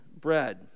bread